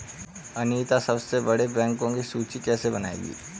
अनीता सबसे बड़े बैंकों की सूची कैसे बनायेगी?